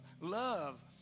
Love